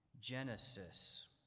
Genesis